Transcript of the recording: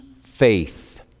faith